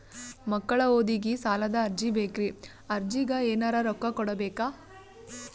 ಮಕ್ಕಳ ಓದಿಗಿ ಸಾಲದ ಅರ್ಜಿ ಬೇಕ್ರಿ ಅರ್ಜಿಗ ಎನರೆ ರೊಕ್ಕ ಕೊಡಬೇಕಾ?